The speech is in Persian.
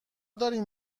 دارین